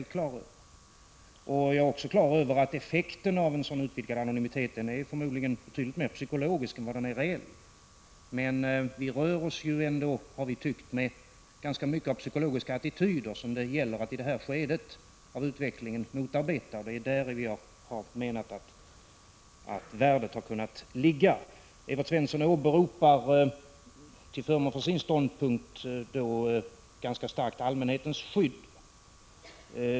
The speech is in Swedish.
Likaså är jag klar över att effekten av en sådan utvidgad anonymitet förmodligen är betydligt mer psykologisk än reell. Men vi rör oss ändå, har vi tyckt, med ganska mycket av psykologiska attityder som det gäller att i det här skedet av utvecklingen motarbeta. Det är där vi har menat att värdet av anonymiteten kan ligga. Evert Svensson åberopar till förmån för sin ståndpunkt ganska starkt allmänhetens skydd.